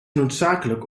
noodzakelijk